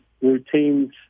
routine's